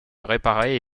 réparé